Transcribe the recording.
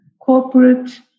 corporate